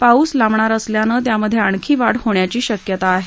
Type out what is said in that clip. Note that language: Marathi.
पाऊस लांबणार असल्यानं त्यामध्ये आणखी वाढ होण्याची शक्यता आहे